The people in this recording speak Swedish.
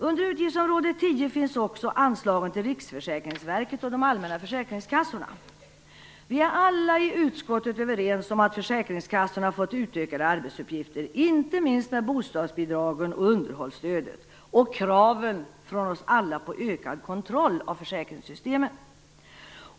Under utgiftsområde 10 finns också anslagen till Riksförsäkringsverket och de allmänna försäkringskassorna. Vi är i utskottet alla överens om att försäkringskassorna fått utökade arbetsuppgifter, inte minst med bostadsbidragen, underhållsstödet och kraven från oss alla på ökad kontroll av försäkringssystemen.